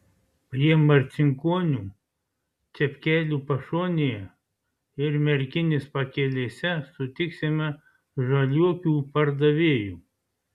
prie marcinkonių čepkelių pašonėje ir merkinės pakelėse sutiksime žaliuokių pardavėjų